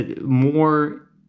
more